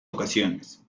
ocasiones